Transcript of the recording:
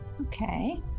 Okay